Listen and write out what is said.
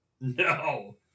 No